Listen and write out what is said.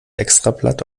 extrablatt